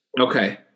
Okay